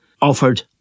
offered